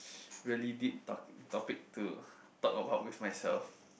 really deep top~ topic to talk about with myself